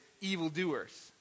evildoers